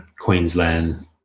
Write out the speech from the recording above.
Queensland